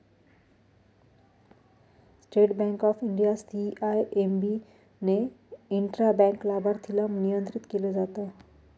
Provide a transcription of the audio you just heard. state bank of India, CIMB ने intra bank लाभार्थीला नियंत्रित केलं जात